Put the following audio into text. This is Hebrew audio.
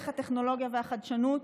דרך הטכנולוגיה והחדשנות,